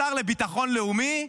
השר לביטחון לאומי,